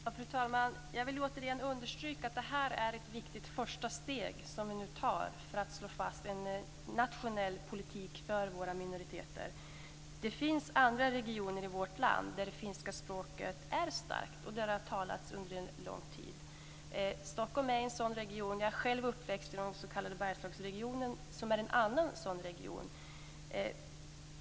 Fru talman! Jag vill återigen understryka att det är ett viktigt första steg vi nu tar för att slå fast en nationell politik för våra minoriteter. Det finns andra regioner i vårt land där det finska språket är starkt och där det talats under lång tid. Stockholm är en sådan region. Jag är själv uppväxt i den s.k. Bergslagsregionen, som är en annan sådan region.